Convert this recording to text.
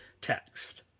text